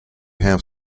have